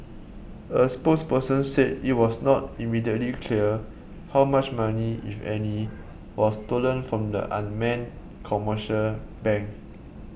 a spokesperson said it was not immediately clear how much money if any was stolen from the unnamed commercial bank